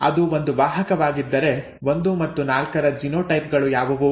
ಅದು ಒಂದು ವಾಹಕವಾಗಿದ್ದರೆ 1 ಮತ್ತು 4ರ ಜಿನೋಟೈಪ್ ಗಳು ಯಾವುವು